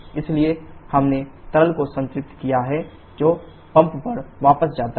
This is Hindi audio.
इसलिए हमने तरल को संतृप्त किया है जो पंप पर वापस जाता है